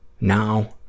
now